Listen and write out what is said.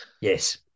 yes